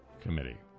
Committee